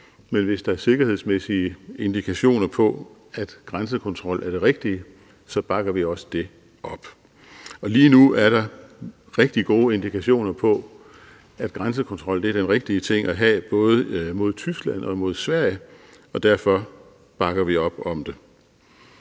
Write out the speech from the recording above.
men hvis der er sikkerhedsmæssige indikationer på, at grænsekontrol er det rigtige, bakker vi også det op. Og lige nu er der rigtig gode indikationer på, at grænsekontrol er den rigtige ting at have, både mod Tyskland og mod Sverige, og derfor bakker vi op om det.